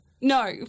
No